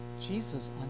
Jesus